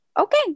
okay